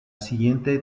siguiente